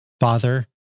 Father